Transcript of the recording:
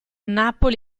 napoli